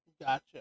Gotcha